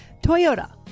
Toyota